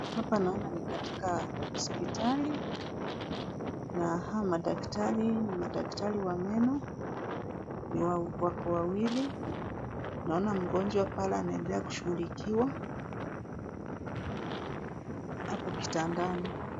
Hapa naona ni katika hospitali na hawa madaktari ni madaktari wa meno. Wako wawili. Naona mgonjwa pale anaendelea kushughulikiwa. Ako kitandani.